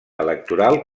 electoral